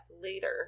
later